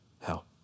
hell